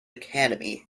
academy